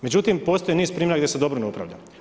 Međutim, postoji niz primjera gdje se dobro ne upravlja.